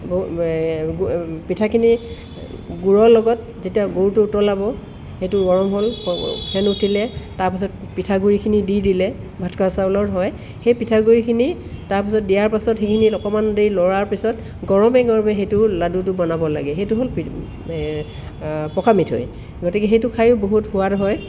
পিঠাখিনি গুৰৰ লগত যেতিয়া গুৰটো উতলাব সেইটো গৰম হ'ল ফেন উঠিলে তাৰপাছত পিঠাগুড়িখিনি দি দিলে ভাত খোৱা চাউলৰ হয় সেই পিঠাগুড়িখিনি তাৰপিছত দিয়াৰ পাছত সেইখিনি অকণমান দেৰি লৰাৰ পিছত গৰমে গৰমে সেইটো লাডুটো বনাব লাগে সেইটো হ'ল পকামিঠৈ গতিকে সেইটো খায়ো বহুত সোৱাদ হয়